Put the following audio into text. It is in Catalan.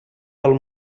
del